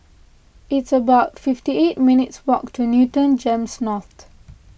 it's about fifty eight minutes' walk to Newton Gems North